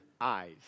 eyes